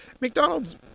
McDonald's